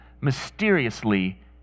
mysteriously